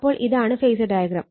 അപ്പോൾ ഇതാണ് phasor diagram